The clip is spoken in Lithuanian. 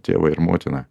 tėvą ir motiną